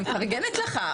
אני מפרגנת לך,